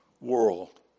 world